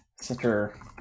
center